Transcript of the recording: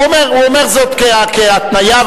הוא אומר זאת כהתניה,